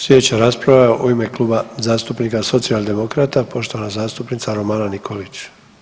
Slijedeća rasprava je u ime Kluba zastupnika Socijaldemokrata, poštovana zastupnica Romana Nikolić.